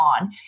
on